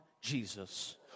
Jesus